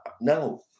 No